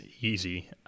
easy